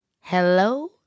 Hello